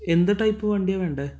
എന്ത് ടൈപ്പ് വണ്ടിയാണ് വേണ്ടത്